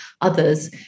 others